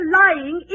lying